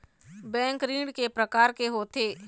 Bank ऋण के प्रकार के होथे?